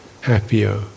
happier